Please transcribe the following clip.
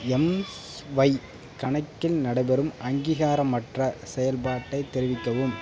mSwipe கணக்கில் நடைபெறும் அங்கீகாரமற்ற செயல்பாட்டை தெரிவிக்கவும்